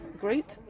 group